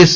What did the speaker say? yes